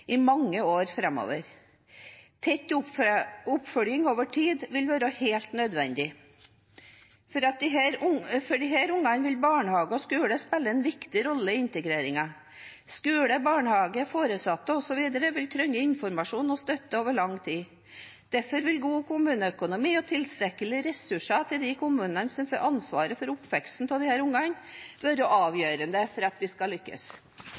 i mange år framover. Tett oppfølging over tid vil være helt nødvendig. For disse barna vil barnehage og skole spille en viktig rolle i integreringen. Skoler, barnehager, foresatte osv. vil trenge informasjon og støtte over lang tid. Derfor vil god kommuneøkonomi og tilstrekkelige ressurser til de kommunene som får ansvaret for oppveksten til disse barna, være avgjørende for at vi skal lykkes.